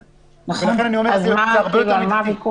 לכן אני אומר שזה הרבה יותר מידתי.